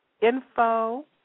info